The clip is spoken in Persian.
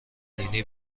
نینی